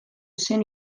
zen